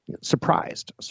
surprised